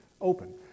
open